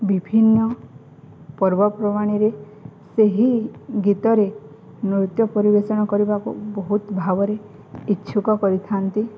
ବିଭିନ୍ନ ପର୍ବପର୍ବାଣୀରେ ସେହି ଗୀତରେ ନୃତ୍ୟ ପରିବେଷଣ କରିବାକୁ ବହୁତ ଭାବରେ ଇଚ୍ଛୁକ କରିଥାନ୍ତି